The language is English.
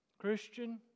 Christian